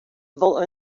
wol